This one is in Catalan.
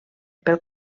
pel